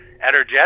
energetic